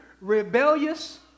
rebellious